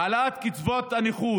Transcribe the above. העלאת קצבאות הנכות